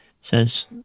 says